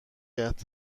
کرد